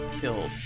killed